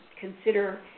consider